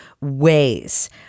ways